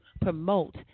promote